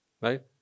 right